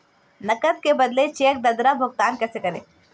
नकद के बदले चेक द्वारा भुगतान कैसे करें?